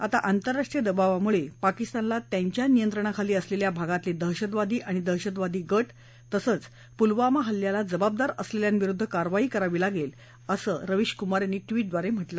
आता आतरराष्ट्रीय दबावामुळे पाकिस्तानला त्यांच्या नियंत्रणाखाली असलेल्या भागातले दहशतवादी आणि दहशतवादी गट तसंच पुलवामा हल्ल्याला जबाबदार असलेल्यांविरुद्द कारवाई करावी लागेल असं त्यांनी ट्वीटद्वारे सांगितलं